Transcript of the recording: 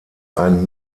ein